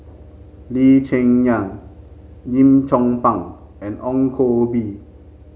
Lee Cheng Yan Lim Chong Pang and Ong Koh Bee